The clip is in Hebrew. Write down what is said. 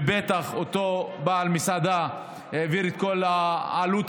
ובטח אותו בעל מסעדה העביר את כל העלות